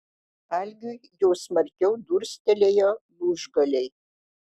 algiui jau smarkiau durstelėjo lūžgaliai